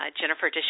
Jennifer